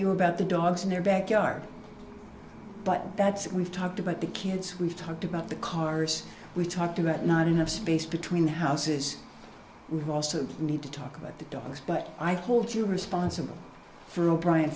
you about the dogs in their backyard but that's it we've talked about the kids we've talked about the cars we talked about not enough space between houses we also need to talk about the dogs but i called you responsible for o'bryan